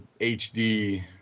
HD